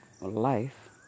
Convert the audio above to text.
life